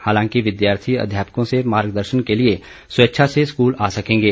हालांकि विद्यार्थी अध्यापकों से मार्गदर्शन के लिए स्वेच्छा से स्कूल आ सकेंगे